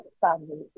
Family